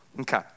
Okay